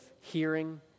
hearing